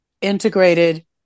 integrated